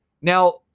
Now